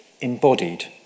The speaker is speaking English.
embodied